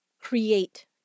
create